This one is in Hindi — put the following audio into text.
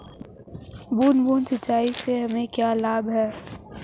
बूंद बूंद सिंचाई से हमें क्या लाभ है?